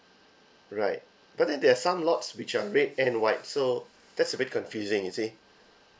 right but then there's some lots which are red and white so that's a bit confusing you see